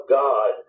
god